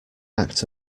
act